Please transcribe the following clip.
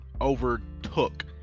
overtook